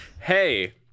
Hey